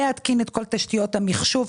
להתקין את כל תשתיות המחשוב,